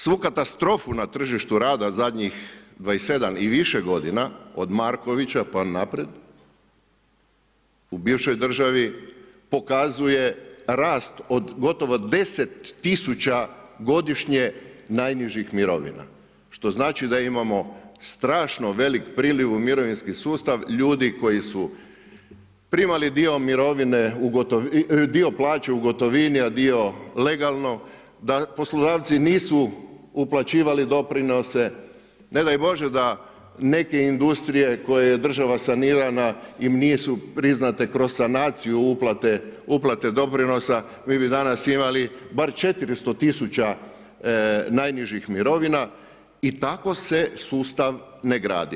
Svu katastrofu na tržištu rada zadnjih 27 i više godina, od Markovića pa naprijed, u bivšoj državi, pokazuje rast od gotovo 10 000 godišnje najnižih mirovina, što znači da imamo strašno velik priljev u mirovinski sustav ljudi koji su primali dio plaće u gotovini, a dio legalno, da poslodavci nisu uplaćivali doprinose, ne daj Bože da neke industrije koje je država sanirana im nisu priznate kroz sanacije uplate doprinosa, mi bi danas imali bar 400 000 najnižih mirovina i tako se sustav ne gradi.